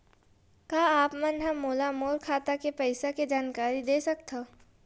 का आप मन ह मोला मोर खाता के पईसा के जानकारी दे सकथव?